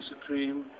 Supreme